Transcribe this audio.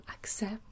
accept